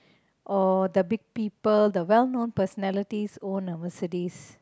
or the big people the well known personalities own a Mercedes